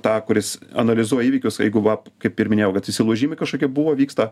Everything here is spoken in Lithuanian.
tą kuris analizuoja įvykius jeigu va kaip ir minėjau kad įsilaužimai kažkokie buvo vyksta